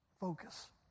focus